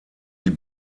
die